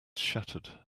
shattered